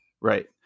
right